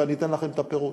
ואני אתן לכם את הפירוט: